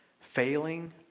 failing